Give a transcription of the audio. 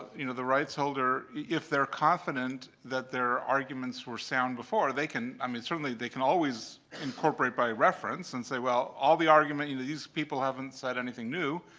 you know, the rights-holder, if they're confident that their arguments were sound before, they can i mean, certainly they can always incorporate by reference and say, well, all the argument you know, these people haven't said anything new.